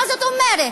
מה זאת אומרת?